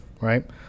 Right